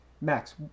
Max